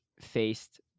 faced